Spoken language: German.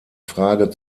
frage